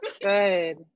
Good